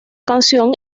canción